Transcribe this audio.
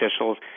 officials